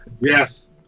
Yes